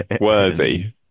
worthy